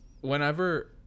whenever